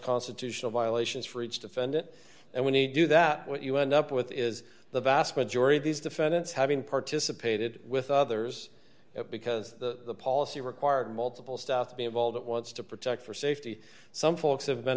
constitutional violations for each defendant and when he do that what you end up with is the vast majority of these defendants having participated with others because the policy required multiple staff to be of all that wants to protect for safety some folks have been